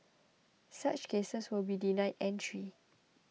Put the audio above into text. such cases will be denied entry